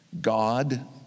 God